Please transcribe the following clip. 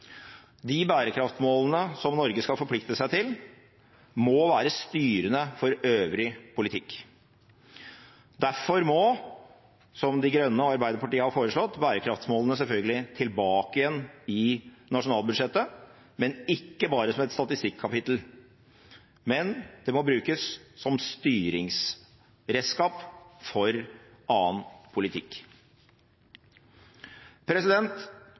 De bærekraftmålene som Norge skal forplikte seg til, må være styrende for øvrig politikk. Derfor må, som Miljøpartiet De Grønne og Arbeiderpartiet har foreslått, bærekraftmålene selvfølgelig tilbake igjen i nasjonalbudsjettet, men ikke bare som et statistikkapittel – de må brukes som styringsredskap for annen politikk.